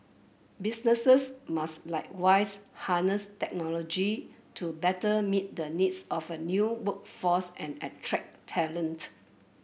businesses must likewise harness technology to better meet the needs of a new workforce and attract talent